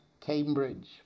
Cambridge